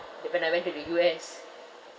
the time I went to the U_S